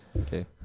Okay